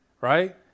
right